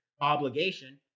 obligation